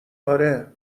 آره